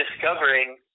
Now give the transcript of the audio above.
discovering